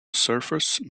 surface